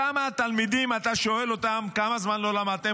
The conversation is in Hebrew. שם אתה שואל את התלמידים: כמה זמן לא למדתם?